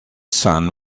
son